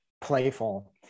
playful